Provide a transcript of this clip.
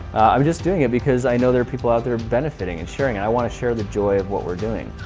i'm just doing it because i know there are people out there benefiting, and sharing it, and i want to share the joy of what we're doing.